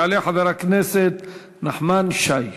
יעלה חבר הכנסת נחמן שי,